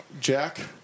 Jack